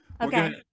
Okay